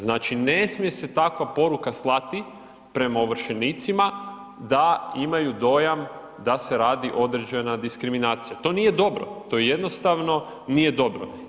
Znači ne smije se takva poruka slati prema ovršenicima, da imaju dojam da se radi određena diskriminacija, to nije dobro, to jednostavno nije dobro.